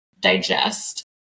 digest